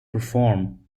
perform